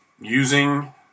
using